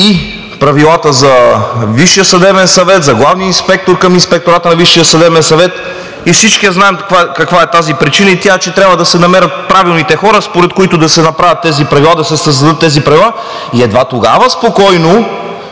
и Правилата за Висшия съдебен съвет, за главния инспектор в Инспектората на Висшия съдебен съвет. Всички знаем каква е тази причина – тя е, че трябва да се намерят правилните хора, според които да се създадат тези правила. Едва тогава спокойно